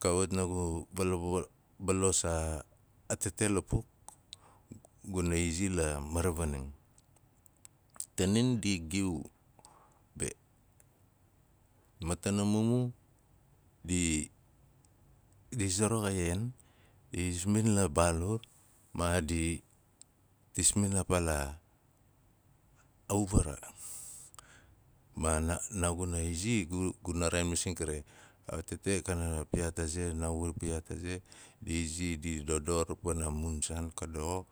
kawat naagu valos aa tete lapuk guna izi la maravaning. Tanin di giu, be, ma tana mumu di, di zarax a ian, dii smin la baalur ma di tasmin a paa la, auvara. ma naa- naaguna izi, gu- guna raain masing kare, a tete kana piyaat aze, naaguna piyaat a ze, di izi di dodor pana mun saan ka doxo, di gi- giu aze, di zi varaxumul ma